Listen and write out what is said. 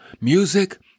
Music